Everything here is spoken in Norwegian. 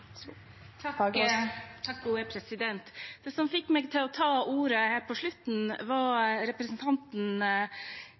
Det som fikk meg til å ta ordet på slutten, var